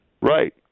right